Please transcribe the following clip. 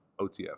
OTF